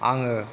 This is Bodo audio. आङो